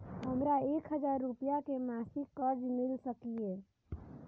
हमरा एक हजार रुपया के मासिक कर्ज मिल सकिय?